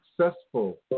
successful